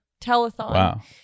telethon